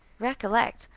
recollect,